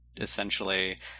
essentially